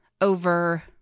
over